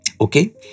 Okay